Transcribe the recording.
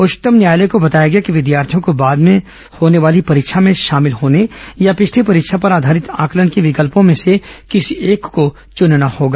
उच्चतम न्यायालय को बताया गया कि विद्यार्थियों को बाद में आयोजित की जाने वाली परीक्षा में शामिल होने या पिछली परीक्षा पर आधारित आकलन के विकल्पों में से किसी एक को चुनना होगा